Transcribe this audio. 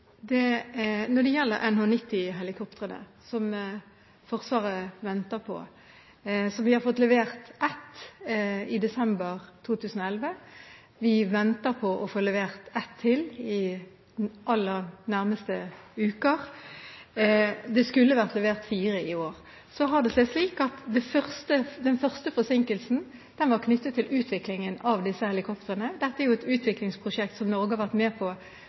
det? Når det gjelder NH-90-helikoptrene, som Forsvaret venter på, har vi fått levert ett i desember 2011. Vi venter på å få levert ett til i løpet av de aller nærmeste uker. Det skulle vært levert fire i år. Så har det seg slik at den første forsinkelsen var knyttet til utviklingen av disse helikoptrene. Dette er jo et utviklingsprosjekt som Norge har vært med på sammen med mange andre land, men vi har en noe ulik konfigurasjon på